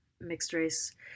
mixed-race